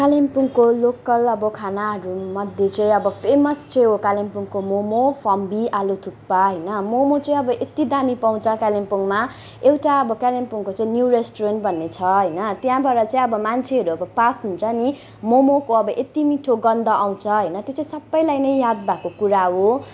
कालिम्पोङको लोकल अब खानाहरूमध्ये चाहिँ अब फेमस चाहिँ हो कालिम्पोङको मोमो फम्बी आलुथुक्पा होइन मोमो चाहिँ अब यति दामी पाउँछ कालिम्पोङमा एउटा अब कालिम्पोङको चाहिँ न्यु रेस्टुरेन्ट भन्ने छ होइन त्यहाँबाट चाहिँ अब मान्छेहरू अब पास हुन्छ नि मोमोको अब यति मिठो गन्ध आउँछ होइन त्यो चाहिँ सबैलाई नै याद भएको कुरा हो